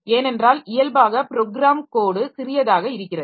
ஏனென்றால் இயல்பாக program code சிறியதாக இருக்கிறது